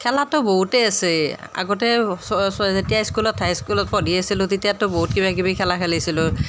খেলাতো বহুতেই আছে আগতে যেতিয়া স্কুলত হাইস্কুলত পঢ়ি আছিলোঁ তেতিয়াতো বহুত কিবাকিবি খেলা খেলিছিলোঁ